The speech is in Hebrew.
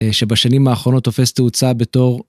שבשנים האחרונות תופס תאוצה בתור.